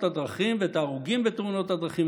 הדרכים ואת ההרוגים בתאונות הדרכים,